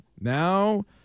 now